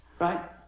Right